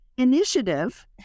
initiative